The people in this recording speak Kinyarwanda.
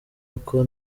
uko